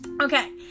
Okay